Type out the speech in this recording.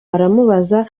aramubaza